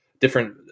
different